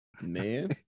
Man